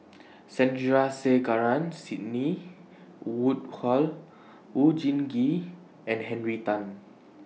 Sandrasegaran Sidney Woodhull Oon Jin Gee and Henry Tan